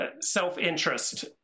self-interest